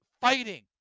fighting